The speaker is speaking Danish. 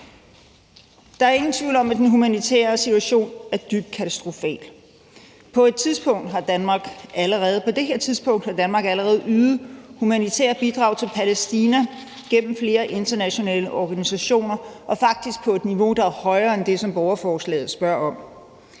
Der er ingen tvivl om, at den humanitære situation er dybt katastrofal. På det her tidspunkt har Danmark allerede ydet humanitære bidrag til Palæstina gennem flere internationale organisationer og faktisk på et niveau, der er højere end det, som borgerforslaget spørger om.